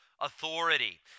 authority